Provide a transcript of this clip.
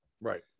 Right